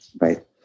Right